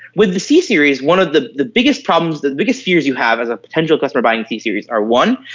with the c series, one of the the biggest problems, the biggest fears you have as a potential customer buying c series are, one,